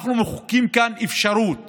אנחנו מחוקקים כאן אפשרות